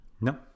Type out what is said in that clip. no